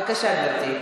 בבקשה, גברתי.